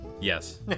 yes